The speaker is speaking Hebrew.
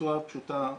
בצורה פשוטה וקלה.